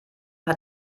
hat